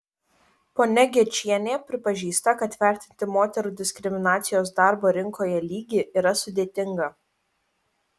ponia gečienė pripažįsta kad vertinti moterų diskriminacijos darbo rinkoje lygį yra sudėtinga